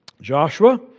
Joshua